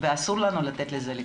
ואסור לנו לתת לזה לקרות.